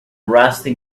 rusty